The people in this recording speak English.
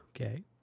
Okay